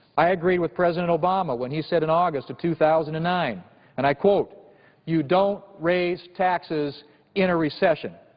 i agree with president obama when he said in august of two thousand and nine and i quote you don't raise taxes in a recession.